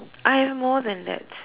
I have more than that